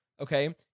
Okay